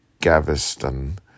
Gaveston